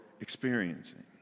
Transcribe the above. experiencing